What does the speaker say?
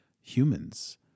humans